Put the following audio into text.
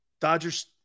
Dodgers